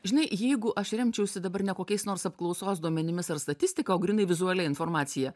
žinai jeigu aš remčiausi dabar ne kokiais nors apklausos duomenimis ar statistika o grynai vizualia informacija